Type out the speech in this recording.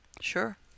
Sure